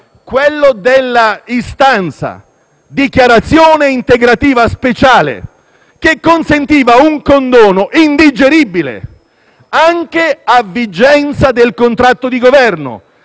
quello della istanza dichiarazione integrativa speciale, che consentiva un condono indigeribile anche a vigenza del contratto di Governo.